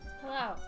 Hello